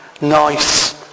nice